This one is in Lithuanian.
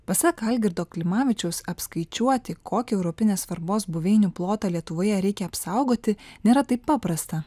pasak algirdo klimavičiaus apskaičiuoti kokį europinės svarbos buveinių plotą lietuvoje reikia apsaugoti nėra taip paprasta